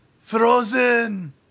Frozen